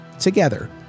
Together